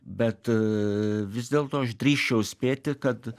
bet aa vis dėlto aš drįsčiau spėti kad